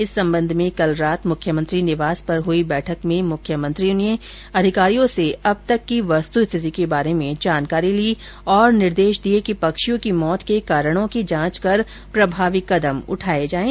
इस संबंध में कल रात मुख्यमंत्री निवास पर हुई बैठक में मुख्यमंत्री ने अधिकारियों से अब तक की वस्तुस्थिति के बारे में जानकारी ली और निर्देश दिए कि पक्षियों की मौत के कारणों की जांच कर प्रभावी कदम उठाए जाएं